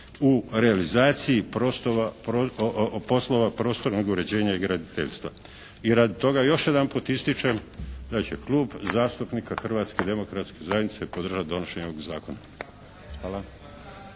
u realizaciji poslova prostornog uređenja i graditeljstva. I radi toga još jedanput ističem da će Klub zastupnika Hrvatske demokratske zajednice podržati donošenje ovog zakona. Hvala.